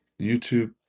youtube